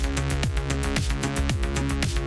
אין נמנעים.